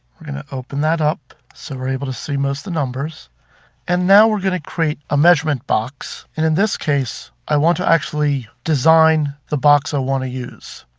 we're going to open that up so we're able to see most of the numbers and now we're going to create a measurement box and in this case i want to actually design the box i want to use.